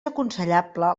aconsellable